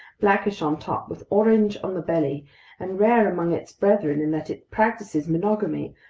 blackish on top with orange on the belly and rare among its brethren in that it practices monogamy,